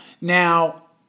Now